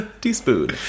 Teaspoon